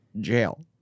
jail